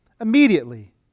immediately